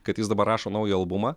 kad jis dabar rašo naują albumą